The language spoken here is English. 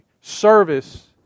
service